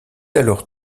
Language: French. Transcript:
alors